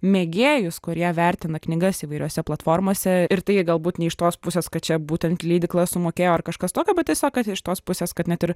mėgėjus kurie vertina knygas įvairiose platformose ir tai galbūt ne iš tos pusės kad čia būtent leidykla sumokėjo ar kažkas tokio bet tiesiog kad iš tos pusės kad net ir